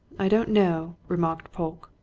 i don't know, remarked polke.